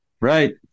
Right